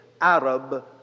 Arab